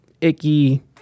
icky